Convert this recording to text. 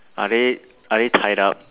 are they are they tied up